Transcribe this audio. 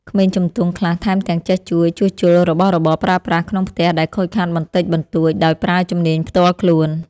ក្មេងជំទង់ខ្លះថែមទាំងចេះជួយជួសជុលរបស់របរប្រើប្រាស់ក្នុងផ្ទះដែលខូចខាតបន្តិចបន្តួចដោយប្រើជំនាញផ្ទាល់ខ្លួន។